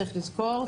צריך לזכור,